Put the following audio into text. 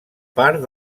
part